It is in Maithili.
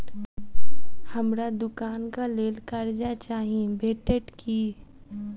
हमरा दुकानक लेल कर्जा चाहि भेटइत की?